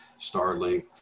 Starlink